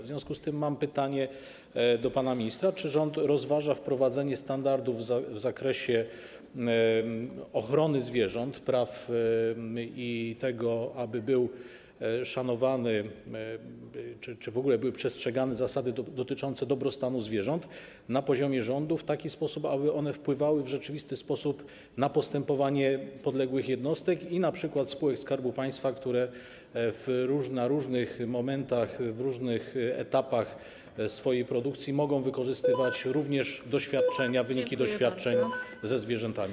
W związku z tym mam pytanie do pana ministra, czy rząd rozważa wprowadzenie standardów w zakresie ochrony zwierząt, praw i tego, aby były szanowane czy w ogóle były przestrzegane zasady dotyczące dobrostanu zwierząt na poziomie rządu w taki sposób, aby one wpływały w rzeczywisty sposób na postępowanie podległych jednostek i np. spółek Skarbu Państwa, które w różnych momentach, w różnych etapach swojej produkcji mogą wykorzystywać również doświadczenia, wyniki doświadczeń ze zwierzętami.